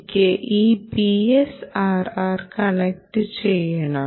എനിക്ക് ഈ PSRR connect ചെയ്യണം